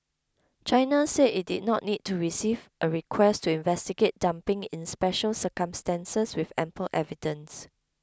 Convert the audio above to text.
China said it did not need to receive a request to investigate dumping in special circumstances with ample evidence